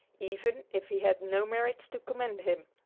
even if he had no merits to commend him.